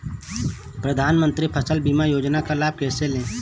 प्रधानमंत्री फसल बीमा योजना का लाभ कैसे लें?